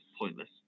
pointless